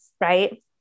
right